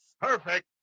Perfect